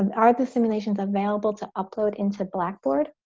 um are the simulations available to upload into blackboard?